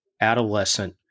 adolescent